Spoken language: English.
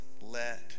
let